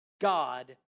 God